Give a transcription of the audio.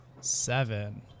Seven